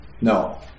No